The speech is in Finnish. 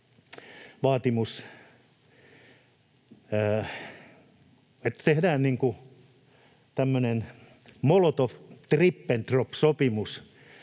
vaatimus, että tehdään tämmöinen Molotov—Ribbentrop-sopimus